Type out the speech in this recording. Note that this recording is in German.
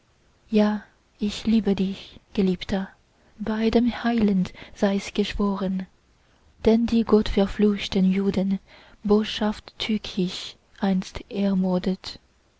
ja ich liebe dich geliebter bei dem heiland sei's geschworen den die gottverfluchten juden boshaft tückisch einst